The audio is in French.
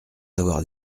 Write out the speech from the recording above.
d’avoir